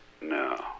No